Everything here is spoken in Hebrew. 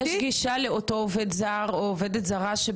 שבעצם יש לה גישה לתוך הפיקדון שלה,